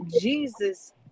Jesus